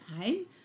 time